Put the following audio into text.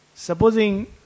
Supposing